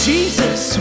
Jesus